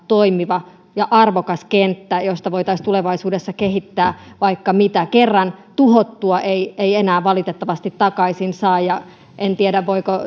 toimiva ja arvokas kenttä josta voitaisiin tulevaisuudessa kehittää vaikka mitä kerran tuhottua ei ei enää valitettavasti takaisin saa en tiedä voiko